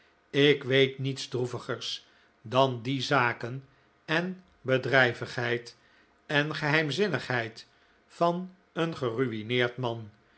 ik weet niets droevigers dan die zaken en bedrijvigheid en geheimzinnigheid van een geru'i'neerd man